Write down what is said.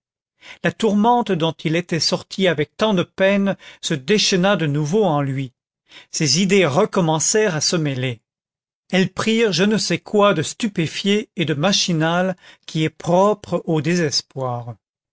la tourmente dont il était sorti avec tant de peine se déchaîna de nouveau en lui ses idées recommencèrent à se mêler elles prirent ce je ne sais quoi de stupéfié et de machinal qui est propre au désespoir